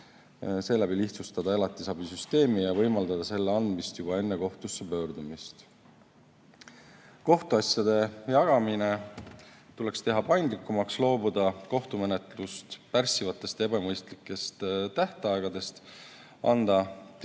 millega lihtsustada elatisabisüsteemi ja võimaldada selle andmist juba enne kohtusse pöördumist. Kohtuasjade jagamine tuleks teha paindlikumaks, loobuda kohtumenetlust pärssivatest ja ebamõistlikest tähtaegadest, anda digitaalsele